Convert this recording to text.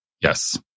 Yes